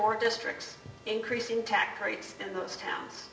more districts increasing tax rates in those towns